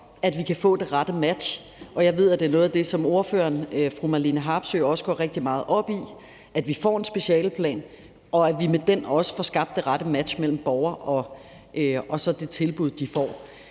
at vi kan få det rette match. Jeg ved, at det er noget af det, som ordføreren, fru Marlene Harpsøe, også går rigtig meget op i – at vi får en specialeplan, og at vi med den også får skabt det rette match mellem borger og så det tilbud, de får.